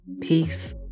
Peace